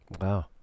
Wow